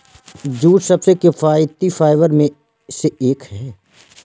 jute सबसे किफायती fibre में से एक है